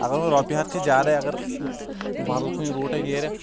اگر وونۍ رۄپیہِ ہتھ کھژِ زیادے اگر بدل کُنہِ روٹے نیرکھ